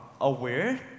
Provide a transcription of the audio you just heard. aware